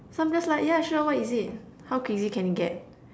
so I'm just like yeah sure what is it how crazy can it get